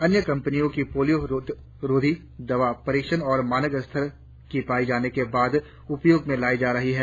अन्य कंपनियों की पोलियो रोधी दवा परीक्षण और मानक स्तर की पाई जाने के बाद उपयोग में लाई जा रही है